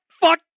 fuck